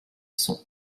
sont